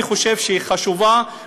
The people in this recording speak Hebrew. אני חושב שהיא חשובה,